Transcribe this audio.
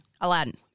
Aladdin